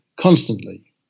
constantly